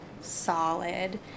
solid